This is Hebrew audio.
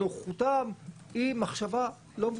בנוכחותם היא מחשבה לא מבוססת.